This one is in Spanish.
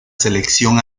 selección